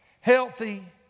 healthy